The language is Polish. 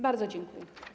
Bardzo dziękuję.